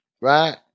right